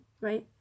right